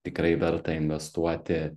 tikrai verta investuoti